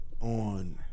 on